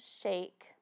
shake